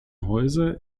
häuser